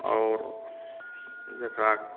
आओर जकरा